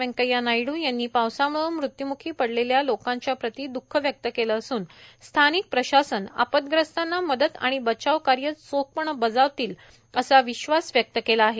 व्यंकय्या नायड् यांनी पावसाम्ळं मृत्यूम्खी पडलेल्या लोकांच्या प्रती द्ःख व्यक्त केलं असून स्थानिक प्रशासन आपदग्रस्तांना मदत आणि बचाव कार्य चोखपणं बजावतील असा विश्वास व्यक्त केला आहे